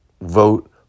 Vote